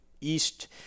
east